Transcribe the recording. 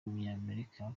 w’umunyamerika